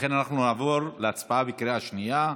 לכן אנחנו נעבור להצבעה בקריאה שנייה.